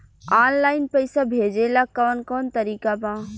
Online पइसा भेजेला कवन कवन तरीका बा?